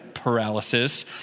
paralysis